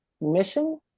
mission